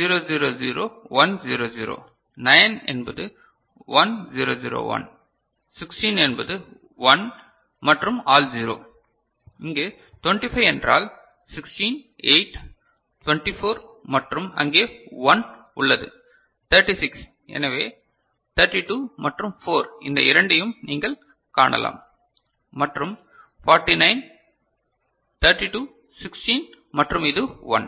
0 0 0 1 0 0 9 இது 1 0 0 1 16 என்பது 1 மற்றும் ஆல் 0 இங்கு 25 என்றால் 16 8 24 மற்றும் அங்கே 1 உள்ளது 36 எனவே 32 மற்றும் 4 இந்த இரண்டையும் நீங்கள் காணலாம் மற்றும் 49 32 16 மற்றும் இது 1